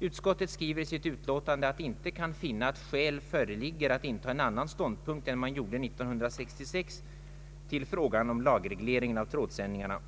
Utskottet skriver i sitt utlåtande, att det inte kan finna att skäl nu föreligger att inta en annan ståndpunkt än man gjorde år 1966 till frågan om lagregleringen av trådsändningarna.